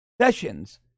Sessions